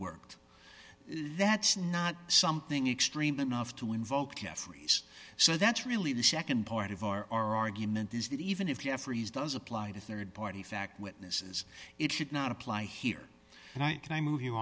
worked that's not something extreme enough to invoke geoffrey's so that's really the nd part of our argument is that even if you have freeze does apply to rd party fact witnesses it should not apply here and i can i move you